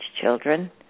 children